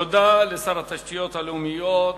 תודה לשר התשתיות הלאומיות,